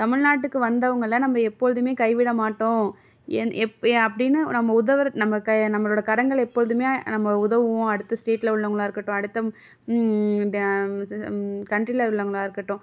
தமிழ்நாட்டுக்கு வந்தவங்களை நம்ம எப்போதுமே கைவிட மாட்டோம் என் எப் ஏ அப்படினு நம்ம உதவுகிறத் நம்ம க நம்மளோடய கரங்களை எப்போழுதுமே நம்ம உதவுவோம் அடுத்த ஸ்டேட்டில் உள்ளவங்களாக இருக்கட்டும் அடுத்த த கண்ட்ரியில் உள்ளவங்களாக இருக்கட்டும்